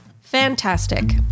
fantastic